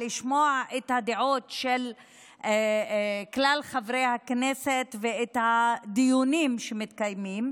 לשמוע את הדעות של כלל חברי הכנסת ואת הדיונים שמתקיימים.